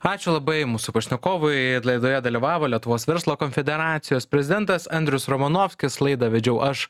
ačiū labai mūsų pašnekovui ir laidoje dalyvavo lietuvos verslo konfederacijos prezidentas andrius romanovskis laidą vedžiau aš